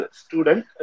student